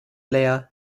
blair